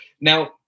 Now